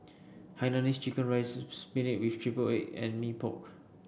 Hainanese Chicken Rice spinach with triple egg and Mee Pok